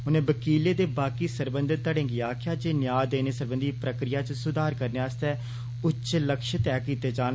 उनें वकीलें ते बाकि सरबंघत घड़ें गी आक्खेआ जे न्या देने सरबंधी प्रक्रिया च सुधार करने आस्तै उच्चे लक्ष्य तय कीते जाने